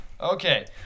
Okay